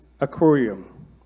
Aquarium